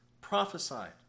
prophesied